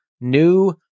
new